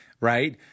Right